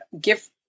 gift